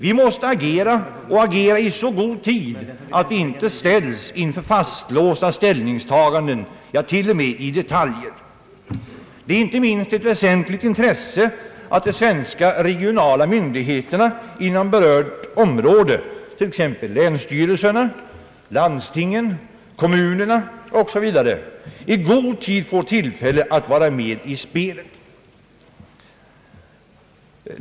Vi måste agera i så god tid att vi inte ställs inför fastlåsta ställningstaganden t.o.m. i detaljer. Det är inte minst ett väsentligt intresse att de svenska regionala myndigheterna inom berört område — länsstyrelserna, landstingen, kommunerna osv. — i god tid får tillfälle att vara med i spelet.